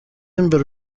imbere